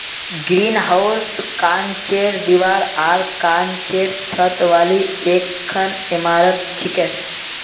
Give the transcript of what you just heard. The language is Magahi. ग्रीनहाउस कांचेर दीवार आर कांचेर छत वाली एकखन इमारत छिके